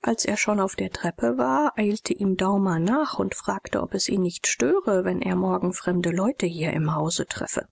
als er schon auf der treppe war eilte ihm daumer nach und fragte ob es ihn nicht störe wenn er morgen fremde leute hier im hause treffe